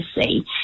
see